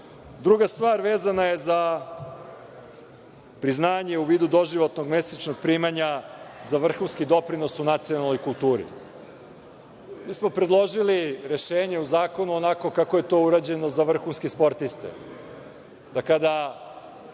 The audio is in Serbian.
stvar vezana je za priznanje u vidu doživotnog mesečnog primanja za vrhunski doprinos u nacionalnoj kulturi. Mi smo predložili rešenje u zakonu onako kako je to urađeno za vrhunske sportiste,